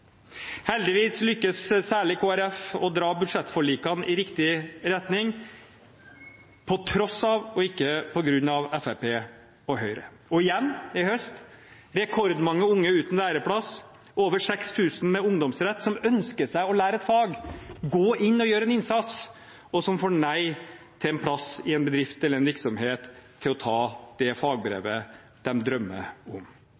Heldigvis lykkes særlig Kristelig Folkeparti i å dra budsjettforlikene i riktig retning – på tross av og ikke på grunn av Fremskrittspartiet og Høyre. I høst er igjen rekordmange unge uten læreplass. Det er over 6 000 med ungdomsrett som ønsker å lære seg et fag, gå inn og gjøre en innsats, men som får nei til en plass i en bedrift eller en virksomhet til å ta det fagbrevet de drømmer om.